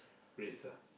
Reds ah